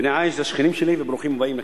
בני-עי"ש זה השכנים שלי, וברוכים הבאים לכנסת.